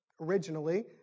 originally